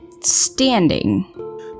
standing